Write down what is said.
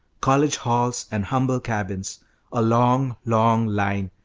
college halls and humble cabins a long, long line,